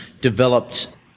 developed